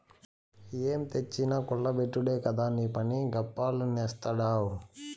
ఏం తెచ్చినా కుల్ల బెట్టుడే కదా నీపని, గప్పాలు నేస్తాడావ్